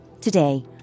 Today